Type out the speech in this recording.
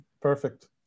Perfect